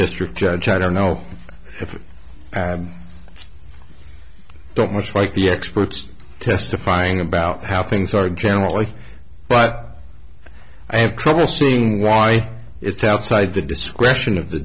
district judge i don't know if i don't much like the experts testifying about how things are generally but i have trouble seeing why it's outside the discretion of the